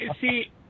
See